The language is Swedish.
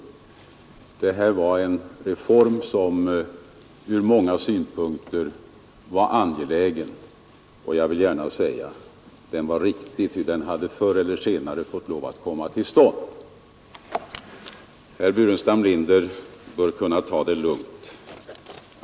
Förstatligandet av apoteken var en reform som ur många synpunkter var angelägen, och jag vill också säga att den var riktig, ty det hade förr eller senare blivit nödvändigt att den kom till stånd. Herr Burenstam Linder bör kunna ta det lugnt.